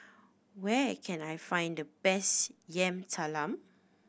where can I find the best Yam Talam